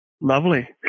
Lovely